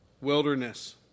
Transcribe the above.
wilderness